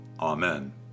Amen